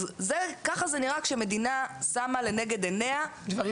אז ככה זה נראה כשמדינה שמה לנגד עיניה דברים